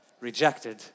rejected